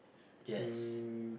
yes